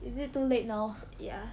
is it too late now